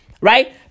right